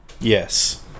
yes